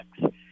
six